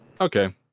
Okay